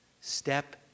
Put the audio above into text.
Step